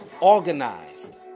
organized